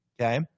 Okay